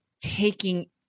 taking